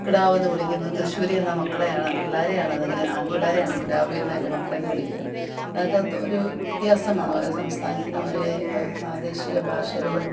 ക്ടാവ് എന്ന് വിളിക്കുന്ന് തൃശ്ശൂര് ചെന്നാൽ മക്കളെയാണ് പിള്ളേരെയാണ് അത് അങ്ങനെ ആൺ പിള്ളേരെയാണ് ക്ടാവേ എന്നായാലും മക്കളേയെന്ന് വിളിക്കുന്നത് അതൊക്കെ ഒരു വ്യത്യാസമാണ് ഓരോ സംസ്ഥാനത്തിന് ഒരേ പ്രാദേശിക ഭാഷകളും